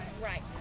Right